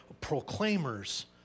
proclaimers